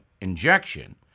injection